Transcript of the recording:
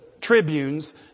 tribunes